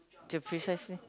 to precisely